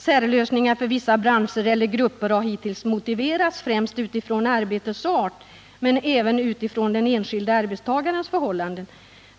Särlösningar för vissa branscher eller grupper har hittills motiverats främst utifrån arbetets art men även utifrån den enskilde arbetstagarens förhållanden.